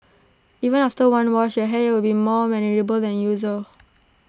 even after one wash your hair would be more manageable than usual